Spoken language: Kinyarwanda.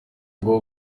ngo